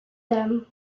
them